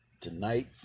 tonight